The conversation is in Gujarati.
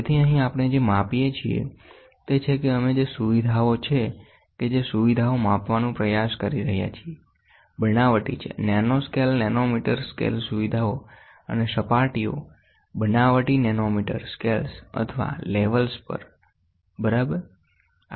તેથી અહીં આપણે જે માપીએ છીએ તે છે કે અમે જે સુવિધાઓ છે કે જે સુવિધાઓ માપવાનું પ્રયાસ કરી રહ્યા છીએ બનાવટી છે નેનોસ્કેલ નેનોમીટર સ્કેલ સુવિધાઓ અને સપાટીઓબનાવટી નેનોમીટર સ્કેલ અથવા લેવલ પર બરાબર